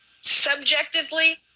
subjectively